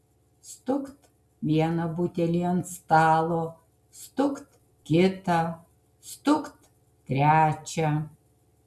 stukt vieną butelį ant stalo stukt kitą stukt trečią